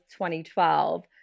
2012